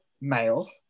male